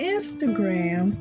Instagram